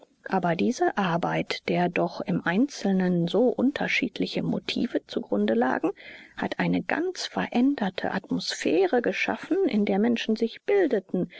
aber diese arbeit der doch im einzelnen so unterschiedliche motive zugrunde lagen hat eine ganz veränderte atmosphäre geschaffen in der menschen sich bildeten